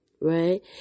right